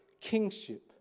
kingship